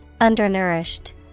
undernourished